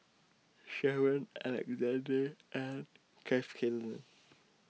Sharen Alexande and Kath Killer